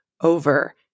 over